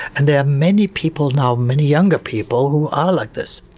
and there are many people now, many younger people who are like this.